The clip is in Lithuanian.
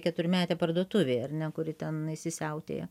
keturmetę parduotuvėj ar ne kuri ten įsisiautėja